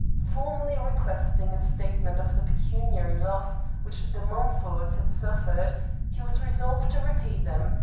formally requesting a statement of the pecuniary loss which the mumfords had suffered he was resolved to repay them,